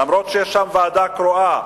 אף שיש שם ועדה קרואה,